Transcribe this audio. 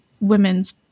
women's